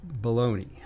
baloney